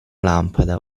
lampada